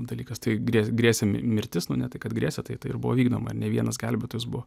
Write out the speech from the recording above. dalykas tai grės grėsė mirtis nuo ne tik kad grėsė tai ir buvo vykdoma ne vienas gelbėtojas buvo